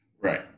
Right